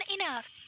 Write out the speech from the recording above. enough